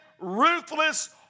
ruthless